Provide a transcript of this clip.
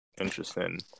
Interesting